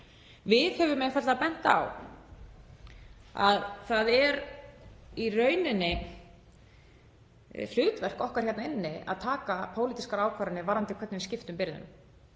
Við höfum einfaldlega bent á að það er í rauninni hlutverk okkar hérna inni að taka pólitískar ákvarðanir varðandi hvernig við skiptum byrðunum